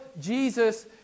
Jesus